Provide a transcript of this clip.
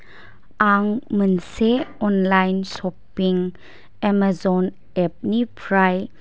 आं मोनसे online shopping Amazon app निफ्राय